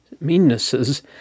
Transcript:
meannesses